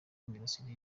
imirasire